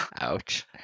Ouch